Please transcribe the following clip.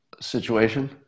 situation